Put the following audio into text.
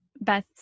Beth